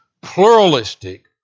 pluralistic